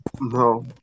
No